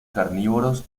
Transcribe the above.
carnívoros